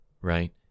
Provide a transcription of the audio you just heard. right